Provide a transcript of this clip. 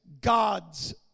God's